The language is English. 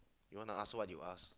you want to ask what you ask